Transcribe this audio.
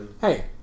hey